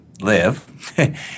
live